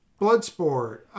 Bloodsport